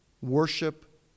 worship